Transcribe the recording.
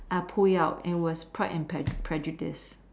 and I pull it out and it was Pride and Prejudice